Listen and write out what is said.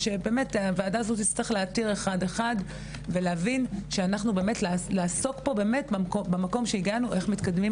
שהוועדה הזאת תצטרך להתיר אחד אחד ולעסוק במקום שהגענו אליו בהתקדמות